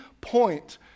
point